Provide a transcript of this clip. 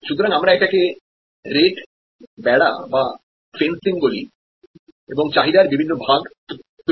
সুতরাং আমরা এটাকে রেট ফেন্সিং বলি এবং চাহিদার বিভিন্ন ভাগ তৈরি করি